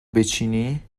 بچینی